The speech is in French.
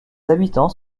habitants